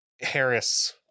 harris